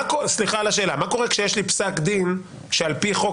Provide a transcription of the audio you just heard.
סליחה על השאלה אבל מה קורה כשיש לי פסק דין שעל פי חוק